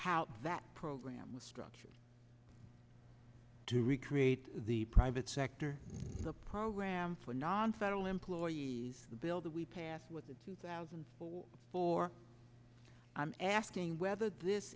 how that program was structured to recreate the private sector the program for non federal employees the bill that we passed with the two thousand and four for i'm asking whether this